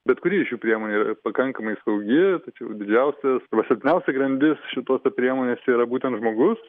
bet kuri iš šių priemonių yra pakankamai saugi tačiau didžiausias o siplniausia grandis šitose priemonėse yra būtent žmogus